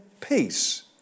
peace